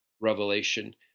revelation